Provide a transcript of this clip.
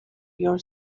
your